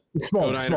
Small